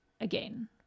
again